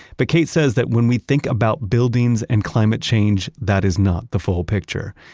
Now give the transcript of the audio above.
but kate says that when we think about buildings and climate change, that is not the full picture.